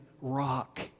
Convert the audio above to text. rock